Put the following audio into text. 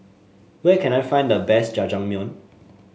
where can I find the best Jajangmyeon